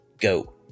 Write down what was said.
go